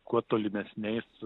kuo tolimesniais